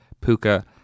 puka